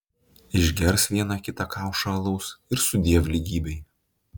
išgers vieną kita kaušą alaus ir sudiev lygybei